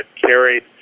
carried